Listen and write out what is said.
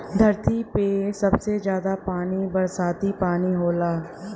धरती पे सबसे जादा पानी बरसाती पानी होला